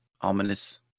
Ominous